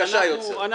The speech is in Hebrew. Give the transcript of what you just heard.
אני